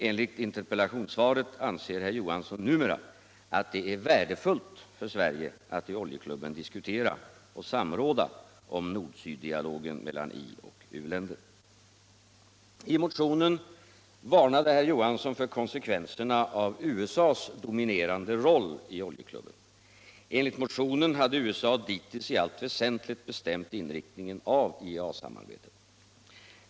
Enligt interpellationssvaret anser herr Johansson numera att det är ”värdefullt” för Sverige att i Oljeklubben diskutera och samråda om nord-syddialogen mellan ioch u-länder. I motionen varnade herr Johansson för konsekvenserna av USA:s dominerande roll i Oljeklubben. Enligt motionen hade USA dittills i allt väsentligt bestämt inriktningen av IEA-samarbetet.